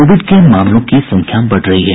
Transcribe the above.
Covid के मामलों की संख्या बढ़ रही है